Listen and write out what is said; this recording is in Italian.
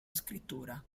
scrittura